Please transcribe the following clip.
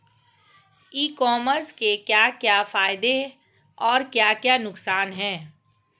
E commerce के क्या क्या फायदे और क्या क्या नुकसान है?